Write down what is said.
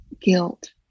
guilt